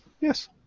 yes